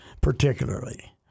particularly